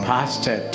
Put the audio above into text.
Pastor